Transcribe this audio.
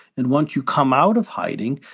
and once you come out of hiding,